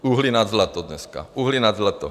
Uhlí nad zlato dneska, uhlí nad zlato.